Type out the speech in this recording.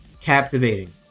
captivating